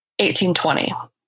1820